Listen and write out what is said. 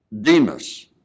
Demas